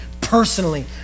personally